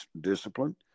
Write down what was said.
discipline